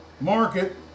market